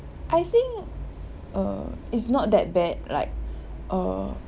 I think err it's not that bad like uh